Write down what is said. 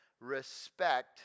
respect